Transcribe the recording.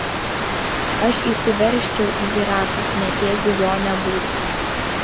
aš įsiveržčiau į iraką net jeigu jo nebūtų